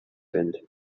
wind